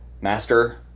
Master